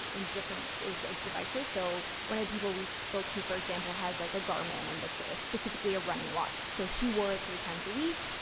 in differences of devices. so one of the people we spoke to, for example, has, like, a garmin, and it's ah specifically a running watch. so she wore it three times a week.